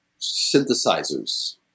synthesizers